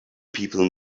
people